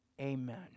Amen